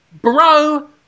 Bro